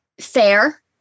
fair